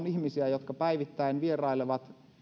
ihmisiä jotka päivittäin vierailevat